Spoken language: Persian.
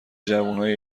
جوونای